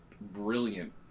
brilliant